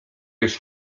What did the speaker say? jest